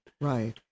Right